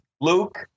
Luke